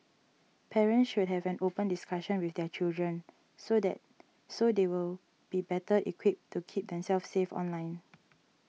parents should have an open discussion with their children so then so they will be better equipped to keep themselves safe online